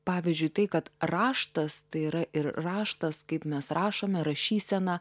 pavyzdžiui tai kad raštas tai yra ir raštas kaip mes rašome rašysena